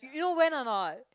you know when or not